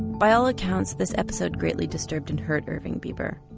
by all accounts this episode greatly disturbed and hurt irving bieber.